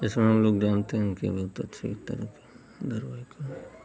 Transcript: इसमें हम लोग जानते हैं कि बहुत अच्छे एक तरह के धरवाहिक का